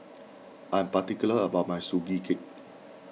I'm particular about my Sugee Cake